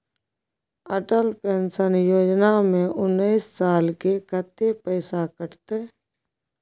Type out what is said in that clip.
Atal pension Yojana में उनैस साल के कत्ते पैसा कटते?